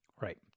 Right